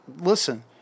Listen